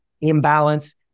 imbalance